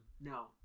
No